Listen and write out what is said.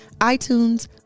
iTunes